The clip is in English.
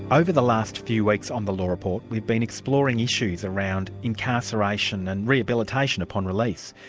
over the last few weeks on the law report, we've been exploring issues around incarceration and rehabilitation upon release.